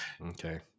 Okay